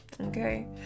okay